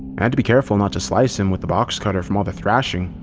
and to be careful not to slice him with the box cutter from all the thrashing.